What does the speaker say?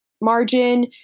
margin